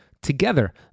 Together